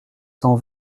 cent